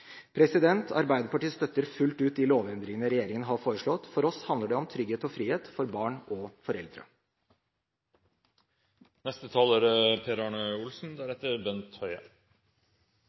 Arbeiderpartiet støtter fullt ut de lovendringene regjeringen har foreslått. For oss handler det om trygghet og frihet, for barn og